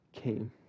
came